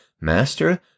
Master